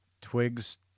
twigs